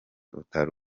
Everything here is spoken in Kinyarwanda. utari